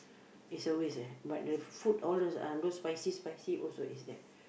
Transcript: it's always eh but the food all those uh those spicy spicy also is there